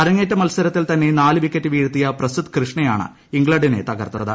അരങ്ങേറ്റ മത്സരത്തിൽ തന്നെ നാല് വിക്കറ്റ് വീഴ്ത്തിയ പ്രസിദ്ധ് കൃഷ്ണയാണ് ഇംഗ്ലണ്ടിനെ തകർത്തത്